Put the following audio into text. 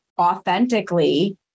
authentically